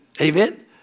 Amen